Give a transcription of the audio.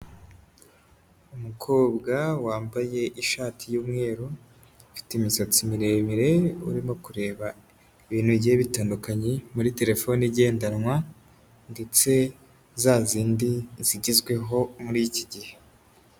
Umukobwa wambaye ishati y'umweru, ufite imisatsi miremire, urimo kureba ibintu bigiye bitandukanye, muri terefone igendanwa ndetse za zindi zigezweho muri iki gihe.